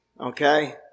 okay